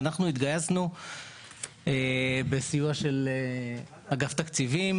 אנחנו התגייסנו בסיוע של אגף תקציבים,